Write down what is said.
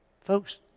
Folks